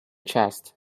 chest